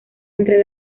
entre